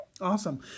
Awesome